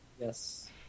Yes